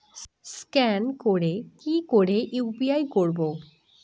Scan করে কি করে ইউ.পি.আই করবো?